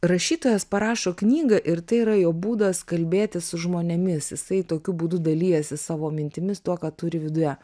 rašytojas parašo knygą ir tai yra jo būdas kalbėti su žmonėmis jisai tokiu būdu dalijasi savo mintimis tuo ką turi viduje